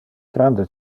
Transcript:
grande